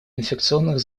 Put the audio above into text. инфекционных